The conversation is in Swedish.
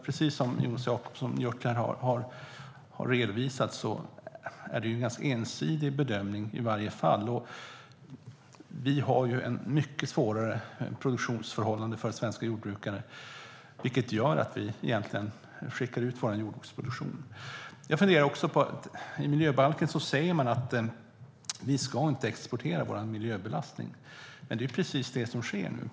Precis som Jonas Jacobsson Gjörtler har redovisat är det nämligen en ganska ensidig bedömning i varje fall, och vi har mycket svårare produktionsförhållanden för svenska jordbrukare. Det gör egentligen att vi skickar ut vår jordbruksproduktion. I miljöbalken säger man att vi inte ska exportera vår miljöbelastning, men det är ju precis det som nu sker.